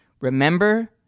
remember